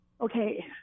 okay